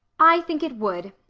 i think it would,